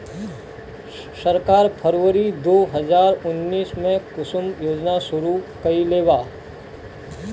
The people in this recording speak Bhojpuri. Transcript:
सरकार फ़रवरी दो हज़ार उन्नीस में कुसुम योजना शुरू कईलेबा